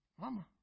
Mama